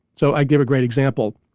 so i'll give a great example,